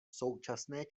současné